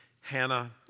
Hannah